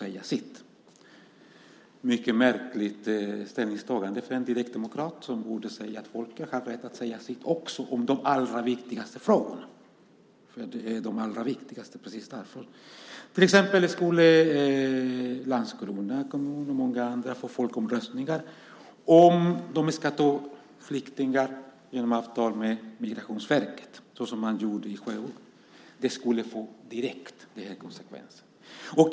Det är ett mycket märkligt ställningstagande för en direktdemokrat, som borde säga att folket har rätt att säga sitt också om de allra viktigaste frågorna precis därför att de är det. Till exempel skulle Landskrona kommun och många andra få folkomröstningar om de ska ta emot flyktingar genom avtal med Migrationsverket, såsom man gjorde i Sjöbo. Det skulle direkt få den konsekvensen.